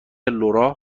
لورا